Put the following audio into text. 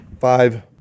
Five